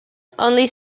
only